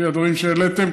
לפי הדברים שהעליתם,